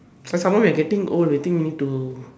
some some more we're getting old I think we need to